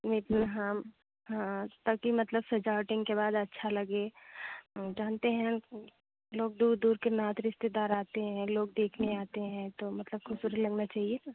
हम हाँ ताकि मतलब सजावटिंग के बाद अच्छा लगे जानते हैं लोग दूर दूर के नाथ रिश्तेदार आते हैं लोग देखने आते हैं तो मतलब ख़ूबसूरत लगना चाहिए